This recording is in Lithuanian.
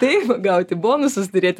taip gauti bonusus turėti